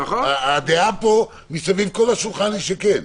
הדעה פה מסביב כל השולחן היא שכן.